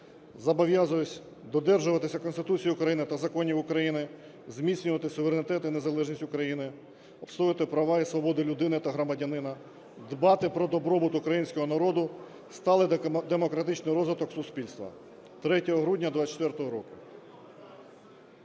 Зобов'язуюся додержуватися Конституції України та законів України, зміцнювати суверенітет і незалежність України, обстоювати права і свободи людини та громадянина, дбати про добробут Українського народу, сталий демократичний розвиток суспільства. 3 грудня 2024 року.